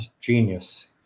genius